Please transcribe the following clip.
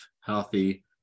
healthy